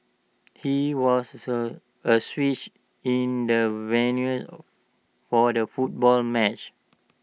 he was A switch in the venue for the football match